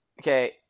okay